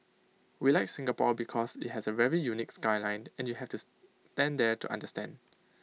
we like Singapore because IT has A very unique skyline and you have to stand there to understand